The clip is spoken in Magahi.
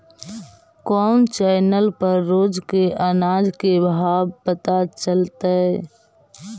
कोन चैनल पर रोज के अनाज के भाव पता चलतै?